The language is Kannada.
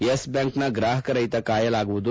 ಯೆಸ್ ಬ್ಲಾಂಕ್ನ ಗ್ರಾಹಕರ ಹಿತ ಕಾಯಲಾಗುವುದು